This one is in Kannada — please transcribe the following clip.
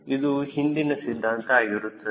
ಇದು ಹಿಂದಿನ ಸಿದ್ಧಾಂತ ಆಗಿರುತ್ತದೆ